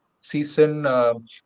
season